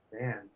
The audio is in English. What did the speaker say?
Man